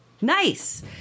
Nice